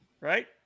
Right